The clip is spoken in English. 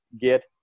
get